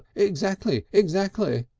exactly, exactly,